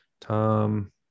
Tom